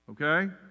Okay